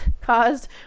caused